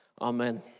Amen